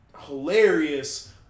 hilarious